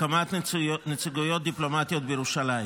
(הקמת נציגויות דיפלומטיות בירושלים).